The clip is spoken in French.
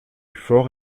faure